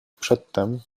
przedtem